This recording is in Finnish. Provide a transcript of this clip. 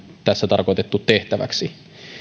tässä tarkoitettu tehtäväksi